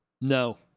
No